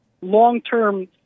long-term—